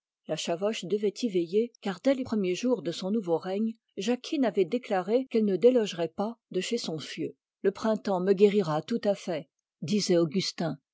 la chavoche devait y veiller car dès les premiers jours de son nouveau règne jacquine avait déclaré qu'elle ne délogerait pas de chez son fieu le printemps me guérira tout à fait dit augustin